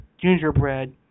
gingerbread